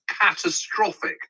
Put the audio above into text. catastrophic